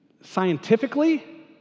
Scientifically